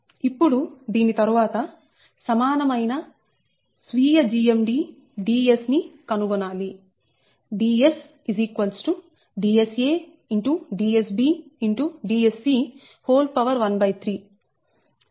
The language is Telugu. ఇప్పుడు దీని తరువాత సమానమైన స్వీయ GMD Ds కనుగొనాలి Ds Dsa